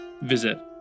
visit